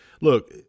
Look